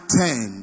ten